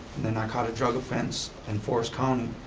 and then i caught a drug offense in forest county,